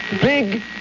Big